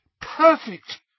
Perfect